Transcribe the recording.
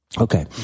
Okay